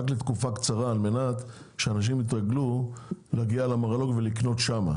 רק לתקופה קצרה על מנת שאנשים יתרגלו להגיע למרלו"ג ולקנות שם.